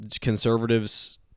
conservatives